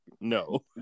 no